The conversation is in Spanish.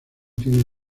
tiene